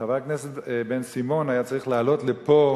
חבר הכנסת בן-סימון היה צריך לעלות לפה